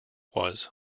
was